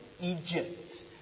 Egypt